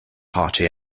party